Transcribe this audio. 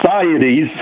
societies